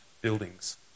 buildings